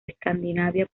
escandinavia